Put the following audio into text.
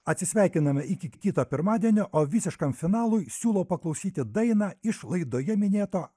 atsisveikiname iki kito pirmadienio o visiškam finalui siūlau paklausyti dainą iš laidoje minėto